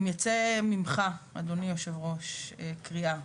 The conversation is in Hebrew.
אם ייצא ממך, אדוני היושב-ראש, קריאה